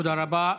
תודה רבה.